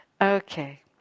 Okay